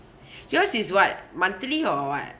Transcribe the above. yours is what monthly or what